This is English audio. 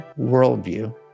worldview